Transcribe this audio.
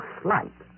slight